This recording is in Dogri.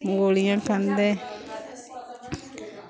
मूलियां खंदे